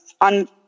On